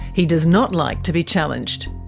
he does not like to be challenged.